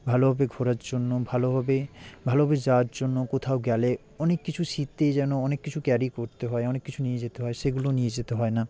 ভালোভাবে ঘোরার জন্য ভালোভাবে ভালোভাবে যাওয়ার জন্য কোথাও গেলে অনেক কিছু শীতে যেন অনেক কিছু ক্যারি করতে হয় অনেক কিছু নিয়ে যেতে হয় সেগুলো নিয়ে যেতে হয় না